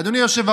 אגב,